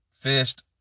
fished